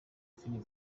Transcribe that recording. filimi